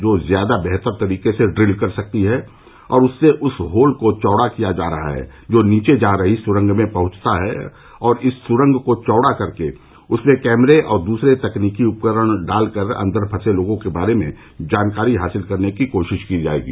जो ज्यादा बेहतर तरीके से ड्रिल कर सकती है और उससे उस होल का चौड़ा किया जा रहा है जो नीचे जा रही सुरंग में पहंचता है और इस सुरंग को चौड़ा करके उसमें कैमरे और दूसरे तकनीकी उपकरण डालकर अंदर फंसे लोगों के बारे में जानकारी हासिल करने की कोशिश की जाएगी